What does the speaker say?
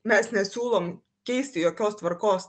mes nesiūlom keisti jokios tvarkos